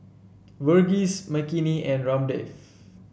Verghese Makineni and Ramdev